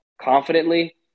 confidently